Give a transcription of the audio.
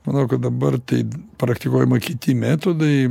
manau kad dabar tai praktikuojama kiti metodai